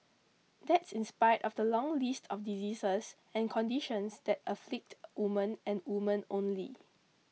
that's in spite of the long list of diseases and conditions that afflict women and women only